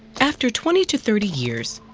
after twenty to thirty years,